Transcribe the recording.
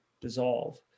dissolve